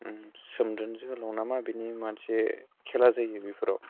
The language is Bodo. सोमदोन जोहोलाव ना मा होनो बिनि मोनसे खेला जायो बेफोराव